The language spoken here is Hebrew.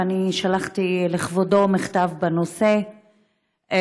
ואני שלחתי לכבודו מכתב בנושא,